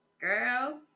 girl